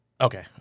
Okay